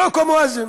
חוק המואזין